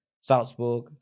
Salzburg